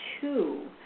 two